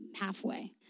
halfway